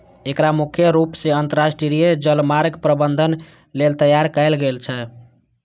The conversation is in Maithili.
एकरा मुख्य रूप सं अंतरराष्ट्रीय जलमार्ग प्रबंधन लेल तैयार कैल गेल छै